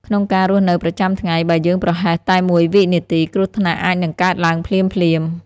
ក្នុងការរស់នៅប្រចាំថ្ងៃ បើយើងប្រហែសតែមួយវិនាទី គ្រោះថ្នាក់អាចនឹងកើតឡើងភ្លាមៗ។